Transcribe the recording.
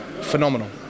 phenomenal